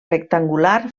rectangular